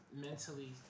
mentally